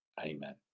Amen